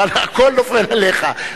הכול נופל עליך,